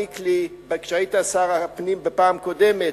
כשהיית שר הפנים בפעם הקודמת,